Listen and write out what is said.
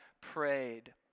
prayed